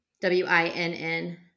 W-I-N-N